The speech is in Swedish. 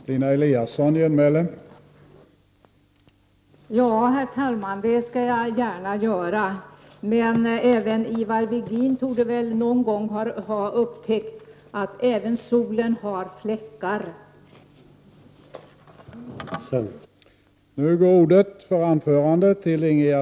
Herr talman! Ja, det skall jag gärna göra. Men även Ivar Virgin torde väl någon gång ha upptäckt att också solen har fläckar.